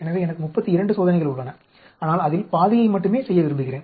எனவே எனக்கு 32 சோதனைகள் உள்ளன ஆனால் அதில் 12 யை மட்டுமே செய்ய விரும்புகிறேன்